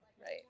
right